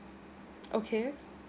okay